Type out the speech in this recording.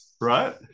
right